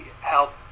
help